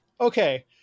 Okay